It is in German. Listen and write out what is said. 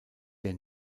der